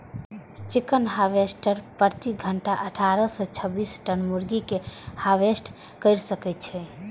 chicken harvester प्रति घंटा अट्ठारह सं छब्बीस टन मुर्गी कें हार्वेस्ट कैर सकै छै